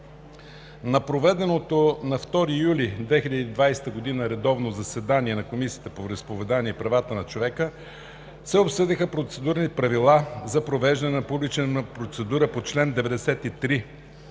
На проведеното на 2 юли 2020 г. редовно заседание на Комисията по вероизповеданията и правата на човека се обсъдиха Процедурни правила за провеждане на публична процедура по чл. 93